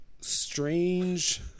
Strange